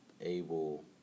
able